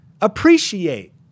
appreciate